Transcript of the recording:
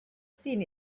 seen